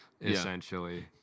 essentially